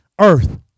earth